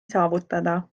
saavutada